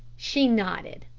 she nodded.